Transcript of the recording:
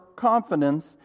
Confidence